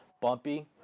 bumpy